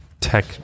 tech